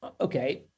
Okay